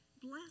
Bless